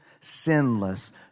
sinless